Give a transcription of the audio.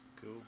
Cool